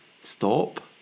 stop